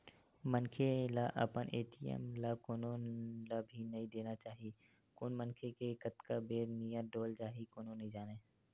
मनखे ल अपन ए.टी.एम ल कोनो ल भी नइ देना चाही कोन मनखे के कतका बेर नियत डोल जाही कोनो नइ जानय